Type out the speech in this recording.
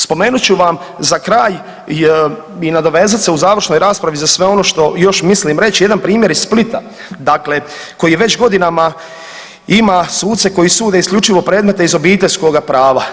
Spomenut ću vam za kraj i nadovezan se u završnoj raspravi za sve ono što još mislim reći, jedan primjer iz Splita, dakle koji je već godinama ima suce koji sude isključivo predmete iz obiteljskoga prava.